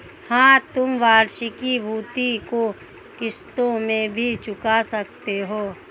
हाँ, तुम वार्षिकी भृति को किश्तों में भी चुका सकते हो